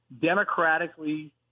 democratically